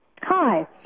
hi